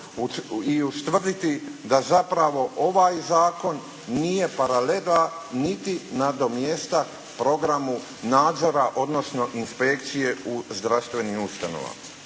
i ustvrditi da zapravo ovaj Zakon nije paralela niti nadomjestak programu nadzora odnosno inspekcije u zdravstvenim ustanovama.